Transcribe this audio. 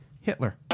Hitler